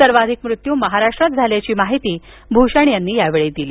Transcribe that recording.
सर्वाधिक मृत्यू महाराष्ट्रात झाल्याची माहिती भूषण यांनी यावेळी दिली